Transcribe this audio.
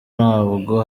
ntabwo